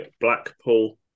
Blackpool